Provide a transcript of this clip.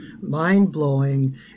mind-blowing